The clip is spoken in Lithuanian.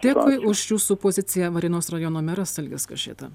dėkoju už jūsų poziciją varėnos rajono meras algis kašėta